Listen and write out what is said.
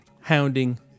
hounding